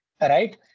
right